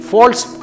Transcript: False